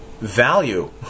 value